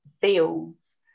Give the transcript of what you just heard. fields